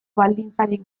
baldintzarik